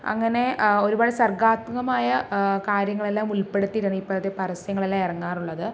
അങ്ങനെ ഒരുപാട് സർഗാത്മകമായ കാര്യങ്ങളെല്ലാം ഉൾപ്പെടുത്തിയിട്ടാണ് ഇപ്പോഴത്തെ പരസ്യങ്ങളെല്ലാം ഇറങ്ങാറുള്ളത്